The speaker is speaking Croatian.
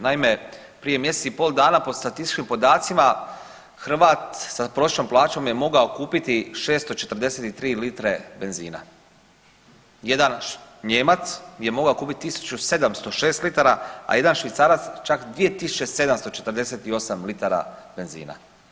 Naime, prije mjesec i pol dana po statističkim podacima Hrvat sa prosječnom plaćom je mogao kupiti 643 litre benzina, jedan Nijemac je mogao kupiti 1706 litara, a jedan Švicarac čak 2748 litara benzina.